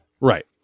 Right